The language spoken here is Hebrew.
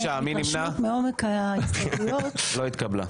לא התקבלה.